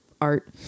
art